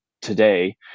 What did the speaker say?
today